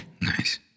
Nice